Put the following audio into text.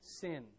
sin